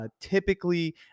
typically